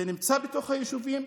זה נמצא בתוך היישובים,